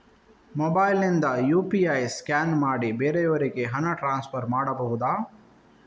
Mobile ನಿಂದ UPI scan ಮಾಡಿ ಬೇರೆಯವರಿಗೆ ಹಣ ಟ್ರಾನ್ಸ್ಫರ್ ಮಾಡಬಹುದ?